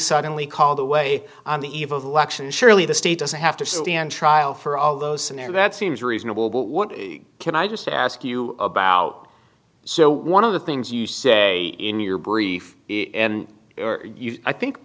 suddenly called away on the eve of election surely the state doesn't have to stand trial for all those and that seems reasonable what can i just ask you about so one of the things you say in your brief and i think